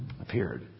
appeared